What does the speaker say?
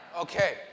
Okay